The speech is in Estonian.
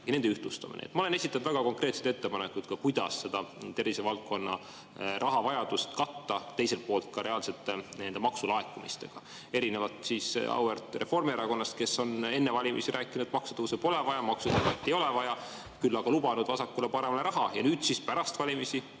ja nende ühtlustamine. Ma olen esitanud väga konkreetsed ettepanekud, kuidas seda tervisevaldkonna rahavajadust katta, teiselt poolt ka reaalselt nende maksulaekumistega, erinevalt auväärt Reformierakonnast, kes on enne valimisi rääkinud, et maksutõuse pole vaja, maksudebatti ei ole vaja, küll aga lubanud vasakule-paremale raha, ja nüüd pärast valimisi